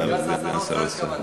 סגן שר האוצר, סגן שר האוצר התכוונתי.